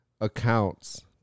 accounts